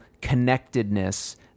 connectedness